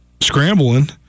scrambling